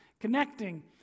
connecting